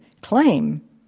claim